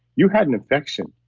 you had an infection.